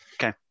Okay